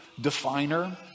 definer